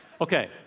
Okay